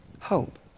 hope